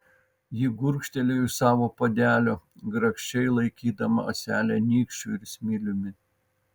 ji gurkštelėjo iš savo puodelio grakščiai laikydama ąselę nykščiu ir smiliumi